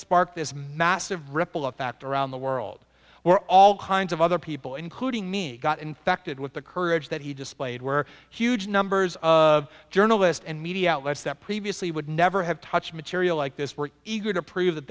sparked this massive ripple of fact around the world where all kinds of other people including me got infected with the courage that he displayed where huge numbers of journalists and media outlets that previously would never have touched material like this were eager to prove that